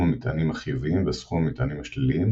המטענים החיוביים וסכום המטענים השליליים